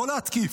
לא להתקיף,